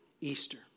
Easter